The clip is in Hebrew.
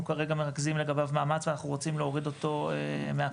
כרגע מרכזים לגביו מאמץ ואנחנו רוצים להוריד אותו מהפרק,